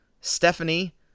Stephanie